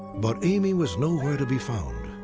but amy was nowhere to be found.